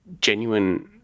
genuine